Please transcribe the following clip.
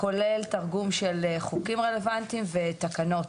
כולל תרגום של חוקים רלוונטיים ותקנות.